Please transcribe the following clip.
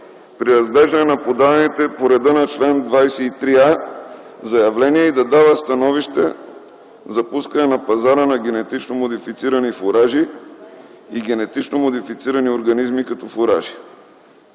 при разглеждане на подадените по реда на чл. 23а заявления и да дава становища за пускане на пазара на генетично модифицирани фуражи и генетично модифицирани организми като фуражи.